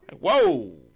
Whoa